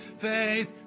faith